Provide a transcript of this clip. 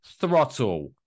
throttle